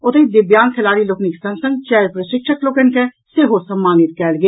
ओतहि दिव्यांग खेलाड़ी लोकनिक संग संग चारि प्रशिक्षक लोकनि के सेहो सम्मानित कयल गेल